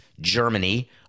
Germany